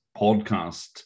podcast